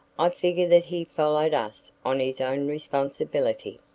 i figure that he followed us on his own responsibility.